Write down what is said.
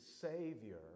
Savior